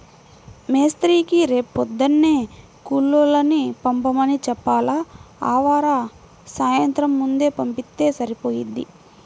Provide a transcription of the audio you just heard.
మేస్త్రీకి రేపొద్దున్నే కూలోళ్ళని పంపమని చెప్పాల, ఆవార సాయంత్రం ముందే పంపిత్తే సరిపోయిద్ది